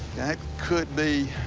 that could be